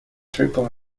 triple